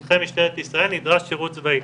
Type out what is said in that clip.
מונחה משטרת ישראל נדרש שירות צבאי.